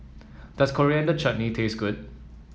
does Coriander Chutney taste good